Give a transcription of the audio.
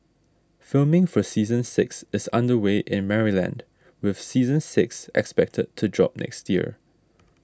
filming for season six is under way in Maryland with season six expected to drop next year